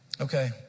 Okay